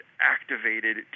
activated